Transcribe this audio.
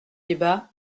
débats